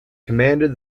commanded